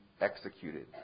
executed